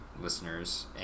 listeners